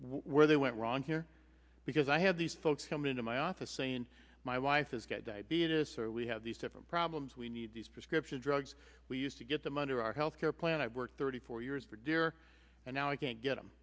where they went wrong here because i had these folks come into my office saying my wife has got diaby it is so we have these different problems we need these prescription drugs we used to get them under our health care plan i've worked thirty four years for deer and now i can't get